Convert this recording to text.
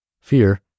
Fear